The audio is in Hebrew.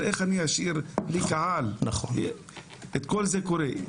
כל זה קורה.